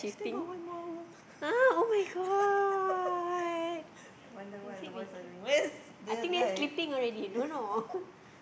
still got one more hour I wonder what the boys are doing where's the guy